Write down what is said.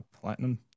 platinum